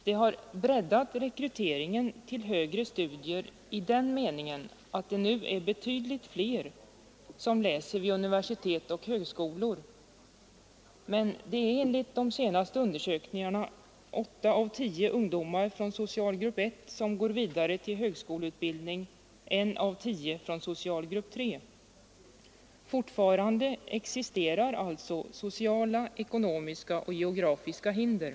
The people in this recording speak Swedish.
Det har breddat rekryteringen till högre studier i den meningen att det nu är betydligt fler som läser vid universitet och högskolor. Men det är enligt de senaste undersökningarna åtta av tio ungdomar från socialgrupp I som går vidare till högskoleutbildning, en av tio från socialgrupp 3. Fortfarande existerar alltså sociala, ekonomiska och geografiska hinder.